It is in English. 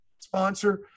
sponsor